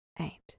eight